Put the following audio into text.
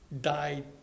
died